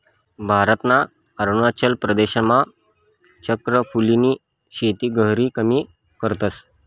भारतना अरुणाचल प्रदेशमा चक्र फूलनी शेती गहिरी कमी करतस